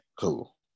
cool